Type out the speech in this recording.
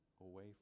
away